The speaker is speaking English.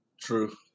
True